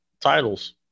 titles